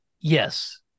Yes